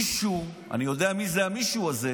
מישהו, אני יודע מי זה המישהו הזה,